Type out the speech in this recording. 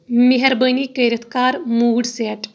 مہربٲنی کٔرِتھ کر موڈ سیٹ